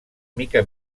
mica